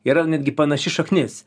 yra netgi panaši šaknis